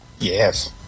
Yes